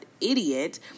idiot